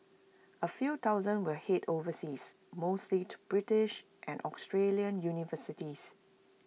A few thousand will Head overseas mostly to British and Australian universities